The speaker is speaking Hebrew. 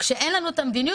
כשאין לנו את המדיניות,